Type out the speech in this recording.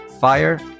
fire